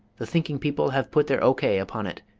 the thinking people have put their o k. upon it.